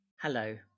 Hello